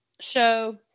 show